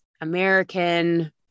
American